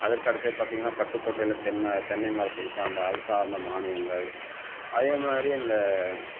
அதற்கு அடுத்து பார்த்திங்கனா பட்டுக்கோட்டையில் தென்னை மரத்துக்கு சார்ந்த சார்ந்த மானியங்கள் அதே மாதிரி அந்த